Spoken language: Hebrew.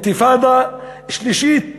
אינתיפאדה שלישית,